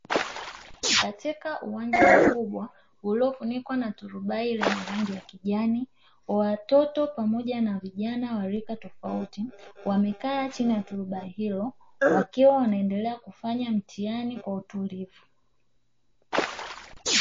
Katika uwanja mkubwa uliofunikwa na turubai lenye rangi ya kijani, watoto pamoja na vijana wa rika tofauti wamekaa chini ya turubai hilo, wakiwa wanaendelea kufanya mtihani kwa utulivu.